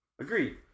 Agreed